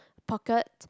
pockey